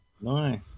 Nice